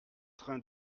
train